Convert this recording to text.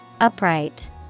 Upright